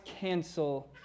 cancel